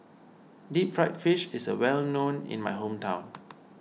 Deep Fried Fish is well known in my hometown